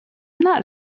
not